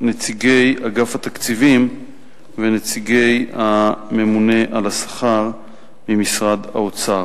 ונציגי אגף התקציבים ונציגי הממונה על השכר במשרד האוצר.